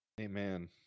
Amen